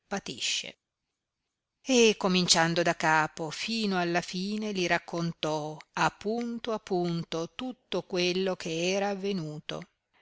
patisce e cominciando da capo fino alla fine li raccontò a punto a punto tutto quello che era avenuto